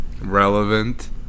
relevant